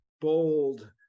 bold